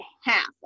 half